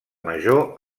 major